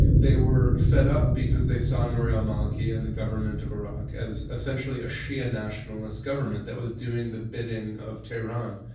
they were fed up because they saw nouri al-maliki, and the government of iraq as essentially a shia nationalist government that was doing the bidding of tehran,